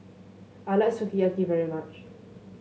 I like Sukiyaki very much